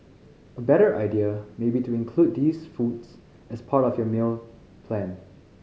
a better idea may be to include these foods as part of your meal plan